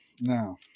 now